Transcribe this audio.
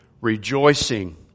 rejoicing